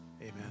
amen